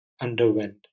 underwent